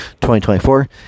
2024